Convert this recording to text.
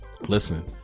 Listen